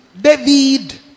David